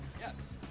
Yes